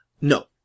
No